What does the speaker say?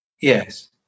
Yes